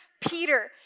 Peter